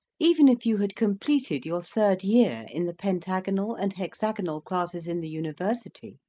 even if you had completed your third year in the pentagonal and hexagonal classes in the university,